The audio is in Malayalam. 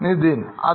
Nithin അതേ